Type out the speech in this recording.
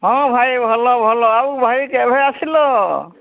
ହଁ ଭାଇ ଭଲ ଭଲ ଆଉ ଭାଇ କେବେ ଆସିଲ